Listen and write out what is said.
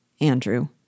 Andrew